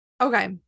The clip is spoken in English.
Okay